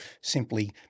simply